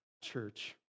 church